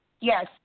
Yes